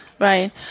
Right